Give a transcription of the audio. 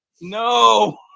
No